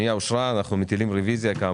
נועדה להעברת סכום של 176,861 אלפי שקלים